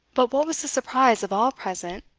but what was the surprise of all present,